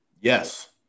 Yes